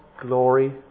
glory